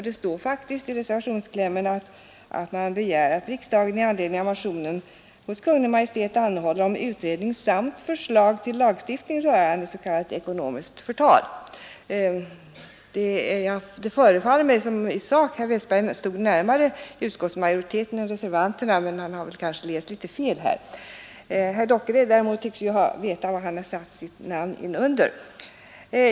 Man begär faktiskt i reservationsklämmen att riksdagen i anledning av motionen hos Kungl. Maj:t anhåller om utredning samt förslag till lagstiftning rörande s.k. ekonomiskt förtal. Det förefaller mig som om herr Westberg i sak stod närmare utskottsmajoriteten än reservanterna. Han har väl läst litet hastigt här. Herr Dockered tycks däremot veta vad han har satt sitt namn under.